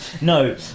No